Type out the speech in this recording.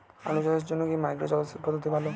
আলু চাষের জন্য কি মাইক্রো জলসেচ পদ্ধতি ভালো?